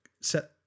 set